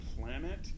planet